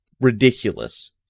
ridiculous